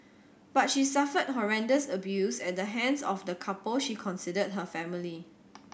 but she suffered horrendous abuse at the hands of the couple she considered her family